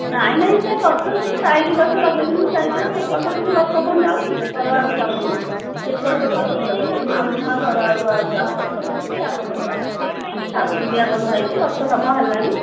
ନାଇଁ ନାଇଁ ସେ ଗଛ ସେ ଷ୍ଟାଇଲ ଗଛ ଲଗାଇଛନ୍ତି ଚାରିପଟେ ସେପଟ ପଟକୁ ରଥ କ'ଣ ଯାଉଛି ସେହି କଡ଼ ଆଡ଼କୁ ଯାଉନି ନା ଏପଟ ପଟିଆ ସବୁ ଯାଉଛି ମାଉସୀ ମା ଘର ଆଡ଼କୁ ରଥରଖି ଆଗପଟେ ମୁଣ୍ଡିଆ ବନ୍ଧା ହେଇଛି ରଥ କାମ ହେଲାଣି